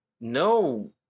no